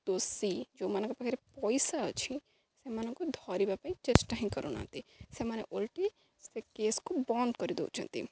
ଦୋଷୀ ଯୋଉମାନଙ୍କ ପାଖରେ ପଇସା ଅଛି ସେମାନଙ୍କୁ ଧରିବା ପାଇଁ ଚେଷ୍ଟା ହିଁ କରୁନାହାନ୍ତି ସେମାନେ ଓଲ୍ଟି ସେ କେସ୍କୁ ବନ୍ଦ୍ କରିଦେଉଛନ୍ତି